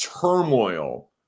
turmoil